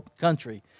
country